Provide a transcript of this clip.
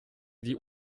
die